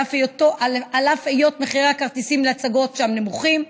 על אף היות מחירי הכרטיסים להצגות שם נמוכים,